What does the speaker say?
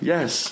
Yes